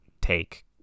take